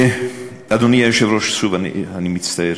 אדוני היושב-ראש, אני מצטער